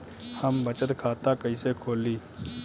हम बचत खाता कईसे खोली?